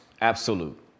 Absolute